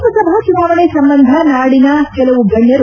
ಲೋಕಸಭಾ ಚುನಾವಣೆ ಸಂಬಂಧ ನಾಡಿನ ಕೆಲವು ಗಣ್ಣರು